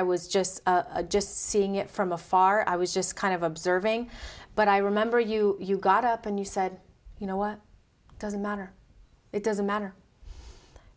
i was just a just seeing it from afar i was just kind of observing but i remember you you got up and you said you know what it doesn't matter it doesn't matter